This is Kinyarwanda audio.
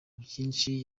byinshi